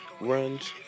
runs